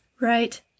Right